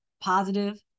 positive